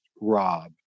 Rob